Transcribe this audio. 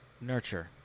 Nurture